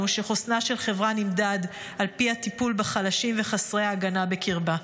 שחוסנה של חברה נמדד על פי הטיפול בחלשים וחסרי ההגנה בקרבה.